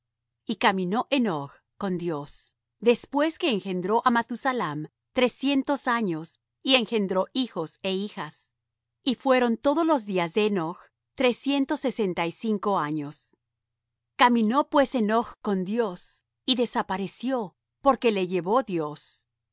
y caminó henoch con dios después que engendró á mathusalam trescientos años y engendró hijos é hijas y fueron todos los días de henoch trescientos sesenta y cinco años caminó pues henoch con dios y desapareció porque le llevó dios